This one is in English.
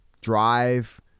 Drive